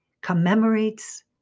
commemorates